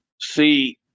See